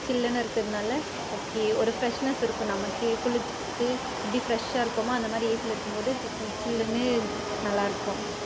சில்லுன்னு இருக்கிறதுனால ஓகே ஒரு ஃபிரெஷ்னஸ் இருக்கும் நமக்கே குளிச்சுட்டு எப்படி ஃபிரெஷ்ஷாக இருக்கோமோ அந்த மாதிரி ஏசியில் இருக்கும்போது சில்லுன்னு நல்லாயிருக்கும்